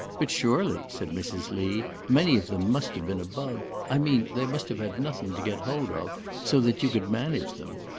but surely, said mrs. lee, many of them must have been above i mean, they must have had nothing to get hold of so that you could manage them.